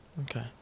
Okay